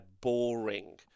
boring